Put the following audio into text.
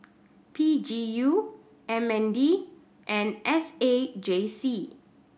P G U M N D and S A J C